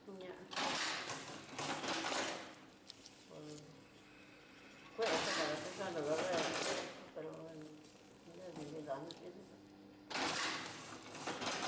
Ña'aá, pus kué xakada pensar nró dadé j prelo, ñanididana xhini xa ku ujun.